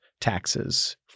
taxes